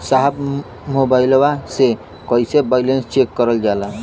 साहब मोबइलवा से कईसे बैलेंस चेक करल जाला?